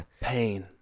Pain